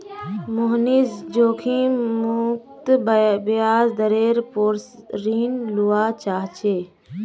मोहनीश जोखिम मुक्त ब्याज दरेर पोर ऋण लुआ चाह्चे